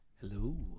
Hello